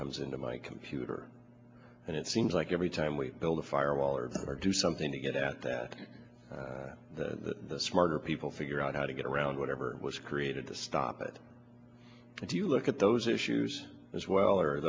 comes into my computer and it seems like every time we build a firewall or ever do something to get out that the smarter people figure out how to get around whatever was created to stop it if you look at those issues as well are